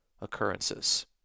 occurrences